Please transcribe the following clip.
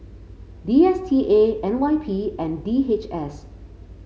D S T A N Y P and D H S